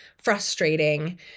frustrating